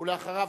ואחריו,